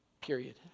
Period